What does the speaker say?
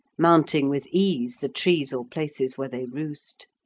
mounting with ease the trees or places where they roost.